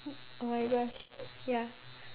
oh my gosh ya